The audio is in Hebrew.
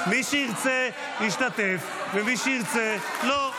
מי שירצה, ישתתף, ומי שירצה, לא.